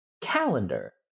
calendar